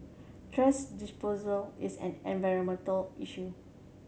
thrash disposal is an environmental issue